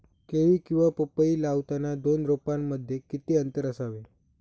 केळी किंवा पपई लावताना दोन रोपांमध्ये किती अंतर असावे?